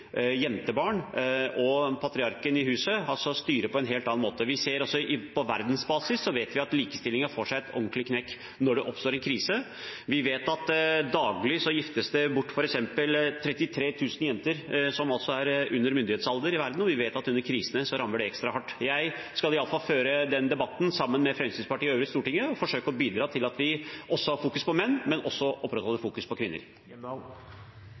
jentebarn, og at patriarken i huset styrer på en helt annen måte. På verdensbasis vet vi at likestillingen får seg en ordentlig knekk når det oppstår en krise. Vi vet f.eks. at det i verden daglig giftes bort 33 000 jenter som er under myndighetsalder, og vi vet at under krisene rammer det ekstra hardt. Jeg skal i alle fall føre den debatten sammen med Fremskrittspartiet og øvrige i Stortinget og forsøke å bidra til at vi fokuserer på menn, men at vi også opprettholder fokuset på kvinner.